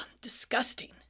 disgusting